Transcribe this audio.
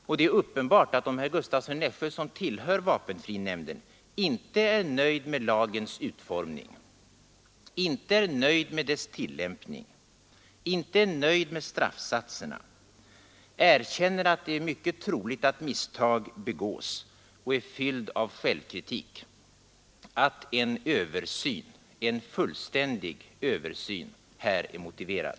Och uppenbart är att om herr Gustavsson i Nässjö, som tillhör vapenfrinämnden, inte är nöjd med lagens utformning, inte är nöjd med dess tillämpning, inte är nöjd med straffsatserna, erkänner att det är mycket troligt att misstag begås och är fylld av självkritik — då är en fullständig översyn av vapenfrilagen motiverad!